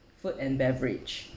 food and beverage